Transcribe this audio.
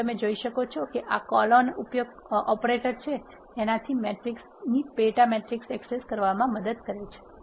તેથી તમે જોઈ શકો છો કે આ કોલોન ઓપરેટર મેટ્રિક્સ થી પેટા મેટ્રિક્સને એક્સેસ કરવામાં મદદ કરે છે